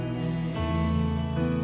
name